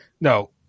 no